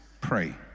pray